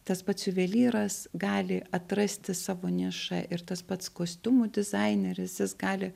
tas pats juvelyras gali atrasti savo nišą ir tas pats kostiumų dizaineris jis gali